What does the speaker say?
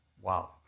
Wow